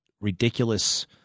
ridiculous